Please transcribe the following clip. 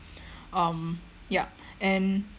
um ya and